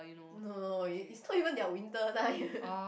no no no it it's not even their winter time